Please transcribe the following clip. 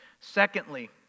Secondly